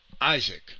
Isaac